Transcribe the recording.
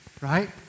right